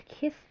kiss